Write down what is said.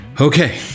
Okay